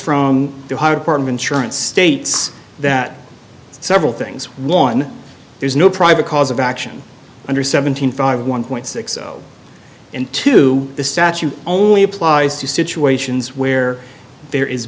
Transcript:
from the hard part of insurance states that several things one there's no private cause of action under seventeen five one point six zero into the statute only applies to situations where there is